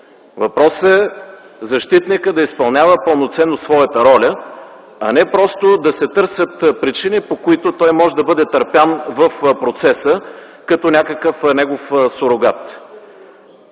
Въпросът е защитникът пълноценно да изпълнява своята роля, а не просто да се търсят причини, по които той може да бъде търпян в процеса като някакъв негов сурогат.